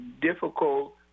difficult